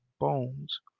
bones